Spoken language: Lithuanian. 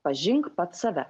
pažink pats save